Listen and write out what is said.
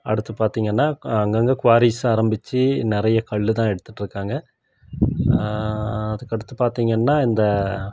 அடுத்து பார்த்தீங்கன்னா அங்கங்கே குவாரீஸ் ஆரம்பிச்சு நிறைய கல் தான் எடுத்துகிட்ருக்காங்க அதுக்கடுத்து பார்த்தீங்கன்னா இந்த